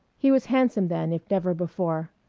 he was handsome then if never before,